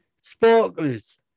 sparklers